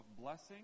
blessing